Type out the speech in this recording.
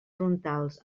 frontals